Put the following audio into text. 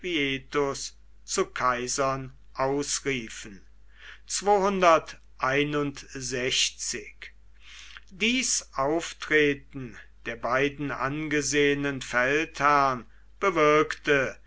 zu kaisern ausriefen dies auftreten der beiden angesehenen feldherrn bewirkte